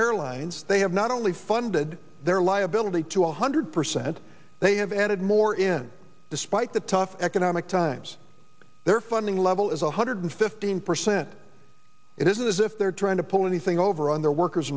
airlines they have not only funded their liability to one hundred percent they have added more in despite the tough economic times their funding level is one hundred fifteen percent it isn't as if they're trying to pull anything over on their workers